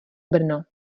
brno